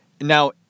Now